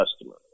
customer